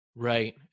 Right